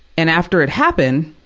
and after it happened,